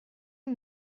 who